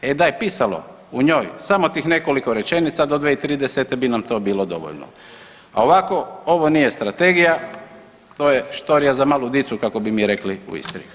E da je pisalo u njoj samo tih nekoliko rečenica do 2030. bi nam to bilo dovoljno, a ovako to nije strategija, to je štorija za malu dicu, kako bi mi rekli u Istri.